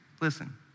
listen